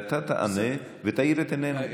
ואתה תענה ותאיר את עיניה.